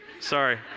sorry